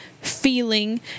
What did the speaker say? feeling